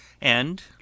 And